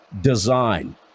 design